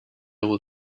will